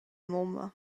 mumma